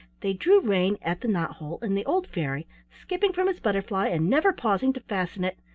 they drew rein at the knot-hole, and the old fairy, skipping from his butterfly and never pausing to fasten it,